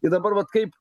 ir dabar vat kaip